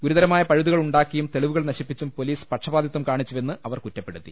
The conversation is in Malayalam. ഗുരുതരമായ പഴുതുകൾ ഉണ്ടാക്കിയും തെളിവു കൾ നശിപ്പിച്ചും പൊലീസ് പക്ഷപാതിത്വം കാണിച്ചുവെന്ന് അവർ കുറ്റപ്പെടുത്തി